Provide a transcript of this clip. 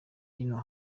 yaho